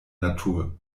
natur